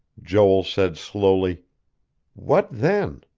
joel said slowly what then?